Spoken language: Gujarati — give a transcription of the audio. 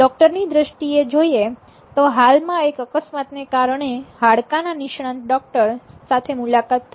ડોક્ટર ની દ્રષ્ટિએ જોઈએ તો હાલમાં એક અકસ્માતને કારણે હાડકાના નિષ્ણાત ડોક્ટર સાથે મુલાકાત થઈ